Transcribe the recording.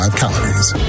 calories